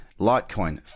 Litecoin